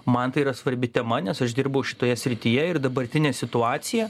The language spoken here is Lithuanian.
man tai yra svarbi tema nes aš dirbau šitoje srityje ir dabartinė situacija